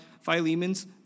Philemon's